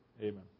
Amen